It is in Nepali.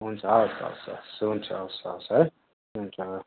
हुन्छ हवस् हवस् हवस् हुन्छ हवस् हवस् है हुन्छ